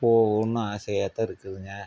போகணும்னு ஆசையாக தான் இருக்குதுங்க